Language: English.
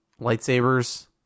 lightsabers